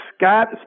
Scott